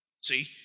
See